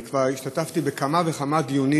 אני כבר השתתפתי בכמה וכמה דיונים